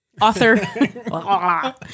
Author